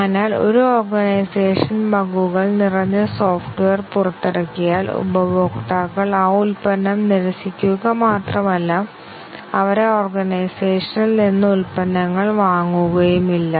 അതിനാൽ ഒരു ഓർഗനൈസേഷൻ ബഗുകൾ നിറഞ്ഞ സോഫ്റ്റ്വെയർ പുറത്തിറക്കിയാൽ ഉപഭോക്താക്കൾ ആ ഉൽപ്പന്നം നിരസിക്കുക മാത്രമല്ല അവർ ആ ഓർഗനൈസേഷനിൽ നിന്ന് ഉൽപ്പന്നങ്ങൾ വാങ്ങുകയുമില്ല